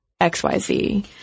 XYZ